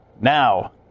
Now